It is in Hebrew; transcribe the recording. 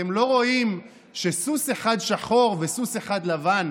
אתם לא רואים שסוס אחד שחור וסוס אחד לבן?